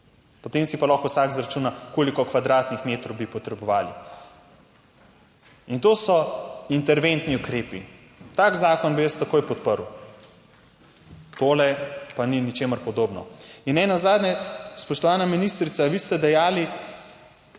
potem si pa lahko vsak izračuna, koliko kvadratnih metrov bi potrebovali. In to so interventni ukrepi, tak zakon bi jaz takoj podprl. Tole pa ni ničemur podobno. In ne nazadnje, spoštovana ministrica, vi ste dejali,